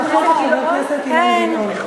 ואחר כך חבר הכנסת אילן גילאון,